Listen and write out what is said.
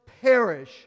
perish